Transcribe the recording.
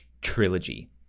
trilogy